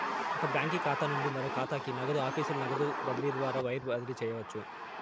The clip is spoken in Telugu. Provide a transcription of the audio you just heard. ఒక బాంకీ ఖాతా నుంచి మరో కాతాకి, నగదు ఆఫీసుల నగదు బదిలీ ద్వారా వైర్ బదిలీ చేయవచ్చు